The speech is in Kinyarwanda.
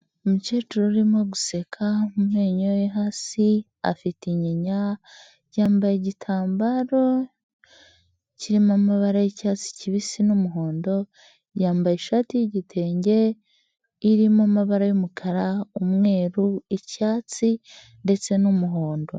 Umukecuru urimo guseka, mumenyo ye yo hasi afite inyinya, yambaye igitambaro kirimo amabara y'icyatsi kibisi n'umuhondo, yambaye ishati ygitenge irimo amabara y'umukara, umweru, icyatsi ndetse n'umuhondo.